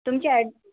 तुमची ॲड